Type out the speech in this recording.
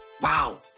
Wow